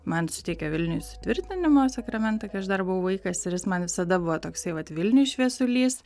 man suteikė vilniuj sutvirtinimo sakramentą kai aš dar buvau vaikas ir jis man visada buvo toksai vat vilniuj šviesulys